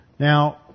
Now